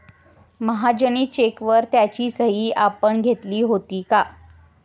महाजनी चेकवर त्याची सही आपण घेतली होती का?